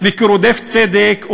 וכרודף צדק,